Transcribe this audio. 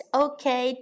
okay